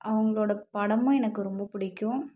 அவங்களோட படமும் எனக்கு ரொம்ப பிடிக்கும்